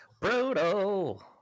brutal